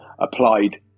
applied